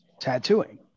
tattooing